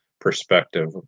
perspective